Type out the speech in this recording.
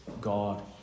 God